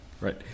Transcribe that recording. right